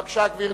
בבקשה, גברתי.